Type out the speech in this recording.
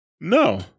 No